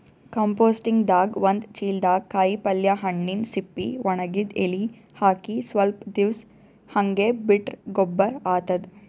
ಕಂಪೋಸ್ಟಿಂಗ್ದಾಗ್ ಒಂದ್ ಚಿಲ್ದಾಗ್ ಕಾಯಿಪಲ್ಯ ಹಣ್ಣಿನ್ ಸಿಪ್ಪಿ ವಣಗಿದ್ ಎಲಿ ಹಾಕಿ ಸ್ವಲ್ಪ್ ದಿವ್ಸ್ ಹಂಗೆ ಬಿಟ್ರ್ ಗೊಬ್ಬರ್ ಆತದ್